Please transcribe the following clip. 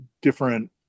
different